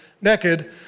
naked